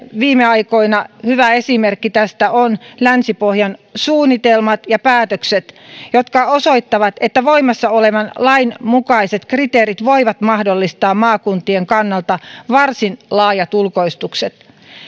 viime aikoina hyvä esimerkki tästä on länsi pohja suunnitelmat ja päätökset osoittavat että voimassa olevan lain mukaiset kriteerit voivat mahdollistaa maakuntien kannalta varsin laajat ulkoistukset